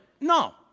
no